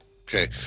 Okay